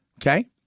okay